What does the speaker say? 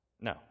No